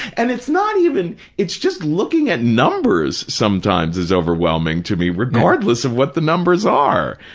and it's not even, it's just looking at numbers sometimes is overwhelming to me, regardless of what the numbers are.